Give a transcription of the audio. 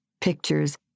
pictures